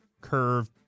curve